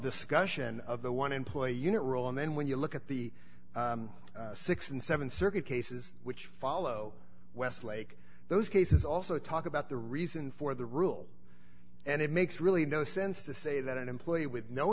discussion of the one employee unit rule and then when you look at the six and seven circuit cases which follow west like those cases also talk about the reason for the rule and it makes really no sense to say that an employee with no